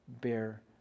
bear